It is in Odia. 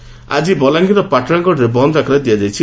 ବନ୍ଦ ଡାକରା ଆକି ବଲାଙ୍ଗିର ପାଟଶାଗଡ଼ରେ ବନ୍ଦ ଡାକରା ଦିଆଯାଇଛି